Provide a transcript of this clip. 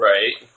Right